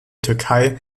türkei